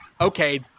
okay